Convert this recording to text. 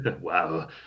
wow